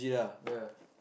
ya